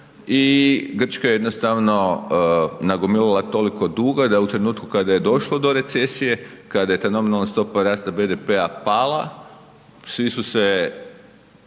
i Grčka je jednostavno nagomilala toliko duga da u trenutku kada je došlo do recesije, kada je ta nominalna stopa rasta BDP-a pala svi su se